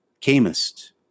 camest